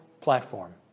platform